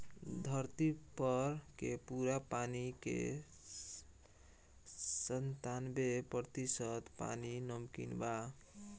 धरती पर के पूरा पानी के सत्तानबे प्रतिशत पानी नमकीन बा